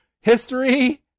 history